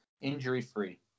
injury-free